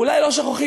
או אולי לא שוכחים,